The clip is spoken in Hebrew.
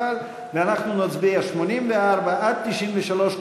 ואנחנו נצביע על 84 93,